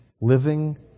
living